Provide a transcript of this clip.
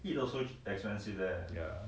ya